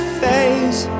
face